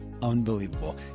Unbelievable